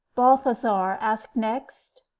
balthasar asked next.